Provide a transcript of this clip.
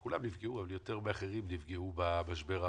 כולם נפגעו, אבל יותר מאחרים נפגעו במשבר האחרון.